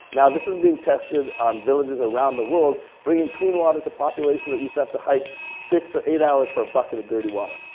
now this is being tested on villages around the world, bringing clean water to populations that used to have to hike six or eight hours for a bucket of dirty water,